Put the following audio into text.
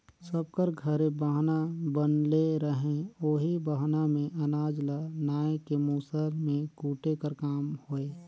सब कर घरे बहना बनले रहें ओही बहना मे अनाज ल नाए के मूसर मे कूटे कर काम होए